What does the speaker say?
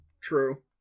True